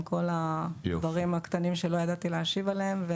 כל הדברים הקטנים שלא ידעתי להשיב עליהם,